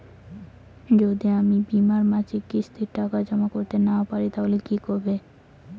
যদি আমি বীমার মাসিক কিস্তির টাকা জমা করতে না পারি তাহলে কি হবে?